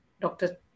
Doctor